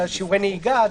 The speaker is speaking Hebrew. שיעורי נהיגה,